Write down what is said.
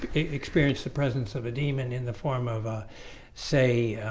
experience the presence of a demon in the form of ah say